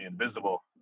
invisible